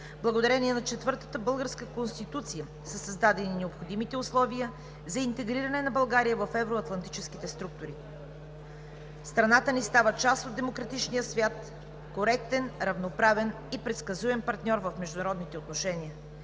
Благодарение на четвъртата българска Конституция са създадени необходимите условия за интегриране на България в евроатлантическите структури. Страната ни става част от демократичния свят, коректен, равноправен и предсказуем партньор в международните отношения.